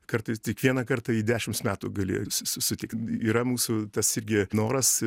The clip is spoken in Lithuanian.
kartais tik vieną kartą į dešims metų gali susitikt yra mūsų tas irgi noras